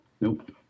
Nope